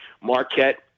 Marquette